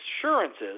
assurances